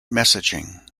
messaging